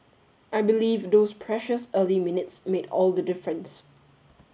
I believe those precious early minutes made all the difference